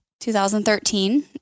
2013